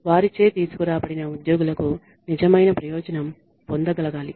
వారిచే తీసుకురాబడిన ఉద్యోగులకు నిజమైన ప్రయోజనం పొందగలగాలి